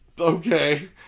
Okay